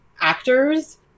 actors